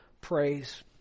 praise